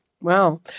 Wow